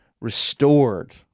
restored